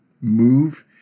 move